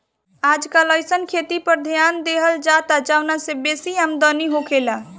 आजकल अइसन खेती पर ध्यान देहल जाता जवना से बेसी आमदनी होखे